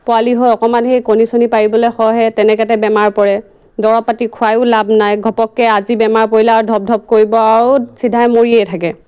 পোৱালি হৈ অকণমান সেই কণী চনি পাৰিবলৈ হয়হে তেনেকোৱাতে বেমাৰ পৰে দৰব পাতি খোৱায়ো লাভ নাই ঘপককৈ আজি বেমাৰ পৰিলে আৰু ধপ্ ধপ্ কৰিব আৰু চিধাই মৰিয়েই থাকে